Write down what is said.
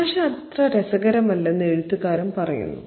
തമാശ അത്ര രസകരമല്ലെന്ന് എഴുത്തുകാരൻ പറയുന്നു